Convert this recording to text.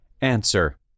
Answer